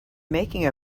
making